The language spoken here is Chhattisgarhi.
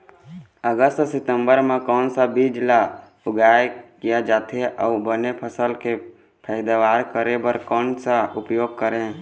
अगस्त सितंबर म कोन सा बीज ला उगाई किया जाथे, अऊ बने फसल के पैदावर करें बर कोन सा उपाय करें?